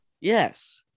Yes